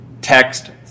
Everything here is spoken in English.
text